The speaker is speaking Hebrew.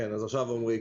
עמרי,